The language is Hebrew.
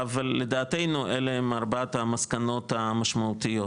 אבל לדעתנו אלו הן ארבעת המסקנות המשמעותיות.